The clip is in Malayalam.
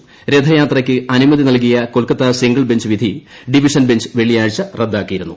കാണേ രഥയാത്രയ്ക്ക് അനുമതി നൽകിയ കൊൽക്കത്ത സിംഗിൾ ബഞ്ച് വിധി ഡിവിഷൻ ബഞ്ച് വ്ള്ളിയാഴ്ച റദ്ദാക്കിയിരുന്നു